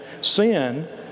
sin